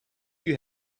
you